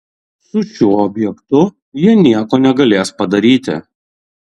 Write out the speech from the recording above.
su šiuo objektu jie nieko negalės padaryti